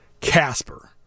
Casper